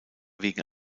wegen